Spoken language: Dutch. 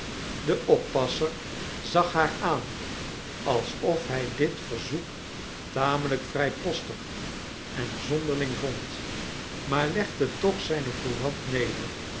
de oppasser zag haar aan alsof hij dit verzoek tamelijk vrijpostig en zonderling vond maar legde toch zijne courant neder